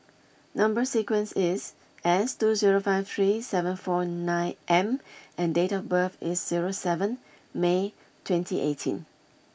number sequence is S two zero five three seven four nine M and date of birth is zero seven May twenty eighteen